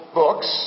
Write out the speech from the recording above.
books